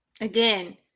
again